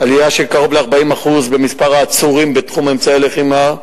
עלייה של קרוב ל-40% במספר העצורים בתחום אמצעי לחימה,